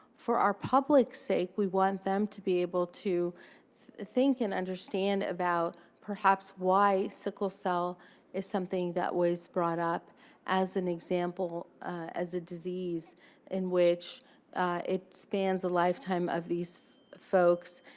for our public's sake, we want them to be able to think and understand about, perhaps, why sickle cell is something that was brought up as an example as a disease in which it spans a lifetime of these folks,